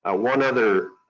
ah one other